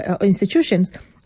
institutions